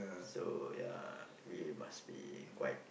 so ya we must be quite